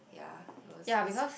ya it was this